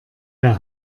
der